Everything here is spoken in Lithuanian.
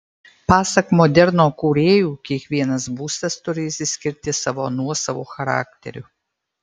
pasak moderno kūrėjų kiekvienas būstas turi išsiskirti savo nuosavu charakteriu